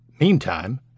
Meantime